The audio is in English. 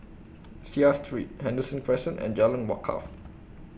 Seah Street Henderson Crescent and Jalan Wakaff